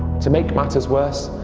to make matters worse,